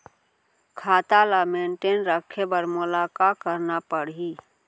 खाता ल मेनटेन रखे बर मोला का करना पड़ही?